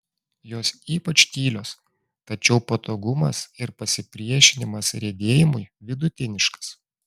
jos ypač tylios tačiau patogumas ir pasipriešinimas riedėjimui vidutiniškas